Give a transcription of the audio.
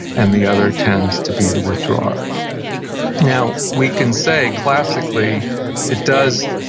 and the other tends to be the withdrawer now, we can say classically it does,